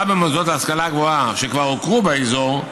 במוסדות להשכלה גבוהה שכבר הוכרו באזור,